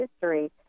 history